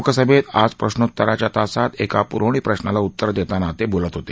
लोकसभेत आज प्रश्नोतराच्या तासात एका प्रवणी प्रश्नाला उतर देताना ते बोलत होते